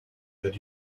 that